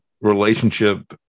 relationship